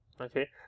okay